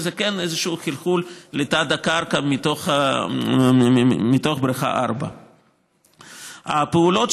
שזה כן איזשהו חלחול לתת-קרקע מתוך בריכה 4. הפעולות